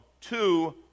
two